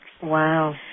Wow